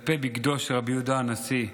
קפלי בגדו של רבי יהודה הנשיא,